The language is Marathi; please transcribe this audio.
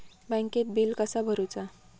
बँकेत बिल कसा भरुचा?